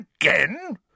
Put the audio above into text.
again